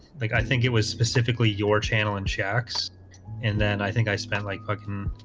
like i think it was specifically your channel and shacks and then i think i spent like fucking